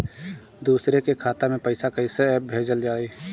दूसरे के खाता में पइसा केइसे भेजल जाइ?